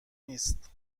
نیست